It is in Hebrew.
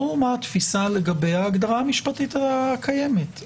ברור מה התפיסה לגבי ההגדרה המשפטית הקיימת.